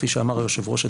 כפי שאמר היושב-ראש,